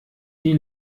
die